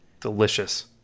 delicious